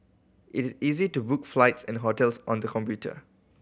it easy to book flights and hotels on the computer